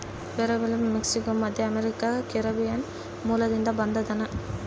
ಪೇರಲ ಮೆಕ್ಸಿಕೋ, ಮಧ್ಯಅಮೇರಿಕಾ, ಕೆರೀಬಿಯನ್ ಮೂಲದಿಂದ ಬಂದದನಾ